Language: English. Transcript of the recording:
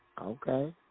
Okay